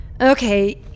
Okay